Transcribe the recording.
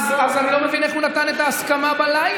אז אני לא מבין איך הוא נתן את ההסכמה בלילה,